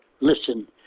listen